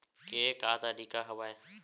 के का तरीका हवय?